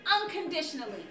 unconditionally